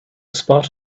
spot